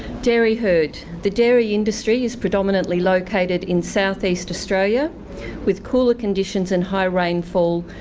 dairy herd the dairy industry is predominantly located in south east australia with cooler conditions and high rainfall,